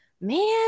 man